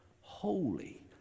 Holy